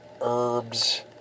herbs